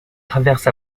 traverse